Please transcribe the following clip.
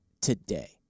today